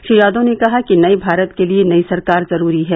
श्री यादव ने कहा कि नये भारत के लिये नई सरकार ज़रूरी है